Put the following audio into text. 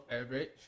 average